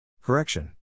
Correction